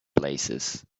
places